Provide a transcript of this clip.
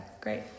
great